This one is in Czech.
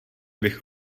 bych